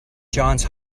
johns